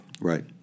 Right